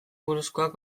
buruzkoak